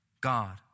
God